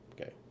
Okay